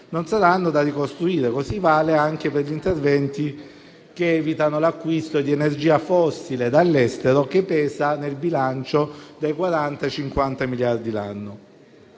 non saranno da ricostruire e lo stesso vale anche per gli interventi che evitano l'acquisto di energia fossile dall'estero, che pesa nel bilancio per 40-50 miliardi l'anno.